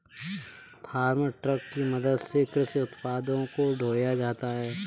farm truck की मदद से कृषि उत्पादों को ढोया जाता है